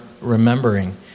remembering